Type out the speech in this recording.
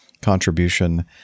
contribution